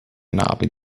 navi